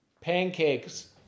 pancakes